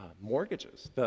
mortgages